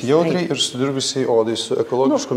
jautriai ir sudirgusiai odai su ekologišku